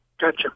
Gotcha